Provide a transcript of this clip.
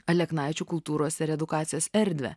aleknaičių kultūros ir edukacijos erdvę